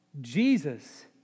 Jesus